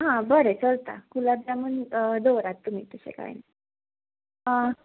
आं बरें चलता गुलाब जामून दवरात तुमी तशें कांय ना